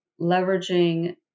leveraging